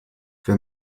wer